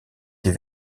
des